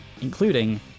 including